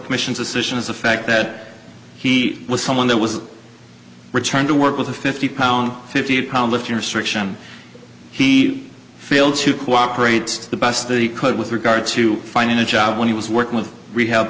commission's decision as a fact that he was someone that was returned to work with a fifty pound fifty pound with your assertion he failed to cooperate the bus that he could with regard to finding a job when he was working with rehab